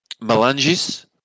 Melanges